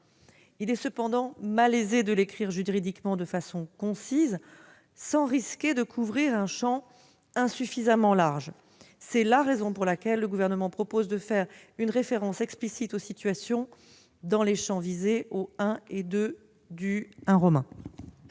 Il est cependant malaisé de l'écrire juridiquement de façon concise, sans risquer de couvrir un champ insuffisamment large. C'est la raison pour laquelle le Gouvernement propose de faire une référence explicite aux situations « dans les champs visés aux 1° et 2° du I ».